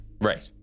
Right